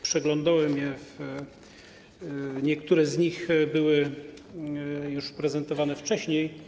Przeglądnąłem je, niektóre z nich były już prezentowane wcześniej.